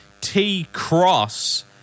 t-cross